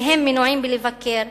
והם מנועים מלבקר,